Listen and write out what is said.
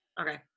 Okay